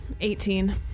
Eighteen